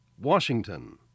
Washington